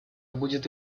будет